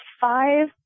five